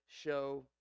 show